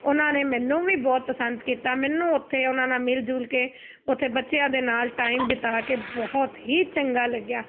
ਉਹਨਾਂ ਨੇ ਮੈਨੂੰ ਵੀ ਬਹੁਤ ਪਸੰਦ ਕੀਤਾ ਮੈਨੂੰ ਉੱਥੇ ਉਹਨਾਂ ਨਾਲ ਮਿਲ ਜੁਲ ਕੇ ਉੱਥੇ ਬੱਚਿਆਂ ਦੇ ਨਾਲ ਟਾਈਮ ਬਿਤਾ ਕੇ ਬਹੁਤ ਹੀ ਚੰਗਾ ਲੱਗਿਆ